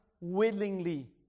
willingly